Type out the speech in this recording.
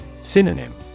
Synonym